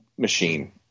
machine